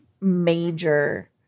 major